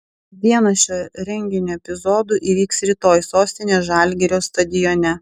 vienas šio renginio epizodų įvyks rytoj sostinės žalgirio stadione